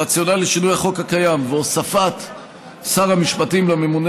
הרציונל לשינוי החוק הקיים והוספת שר המשפטים כממונה